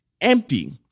empty